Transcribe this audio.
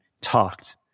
talked